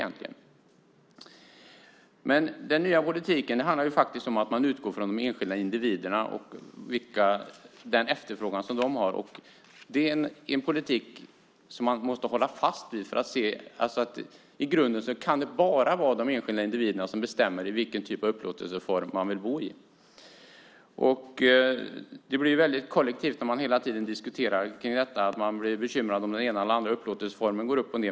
Den nya politiken handlar om att man utgår från de enskilda individerna och den efterfrågan som de har. Det är en politik som man måste hålla fast vid, för att se att det i grunden bara kan vara de enskilda individerna som bestämmer vilken typ av upplåtelseform de vill bo i. Det blir väldigt kollektivt när man hela tiden diskuterar att man blir bekymrad om den ena eller andra upplåtelseformen går upp och ned.